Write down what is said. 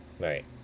Right